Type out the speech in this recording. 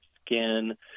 skin